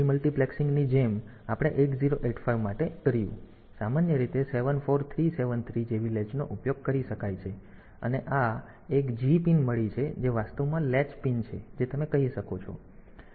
D multiplexing ની જેમ આપણે 8085 માટે કર્યું તેથી સામાન્ય રીતે 74373 જેવી લેચનો ઉપયોગ કરી શકાય છે અને આ 74373 ને એક G પિન મળી છે જે વાસ્તવમાં લેચ પિન છે જે તમે કહી શકો છો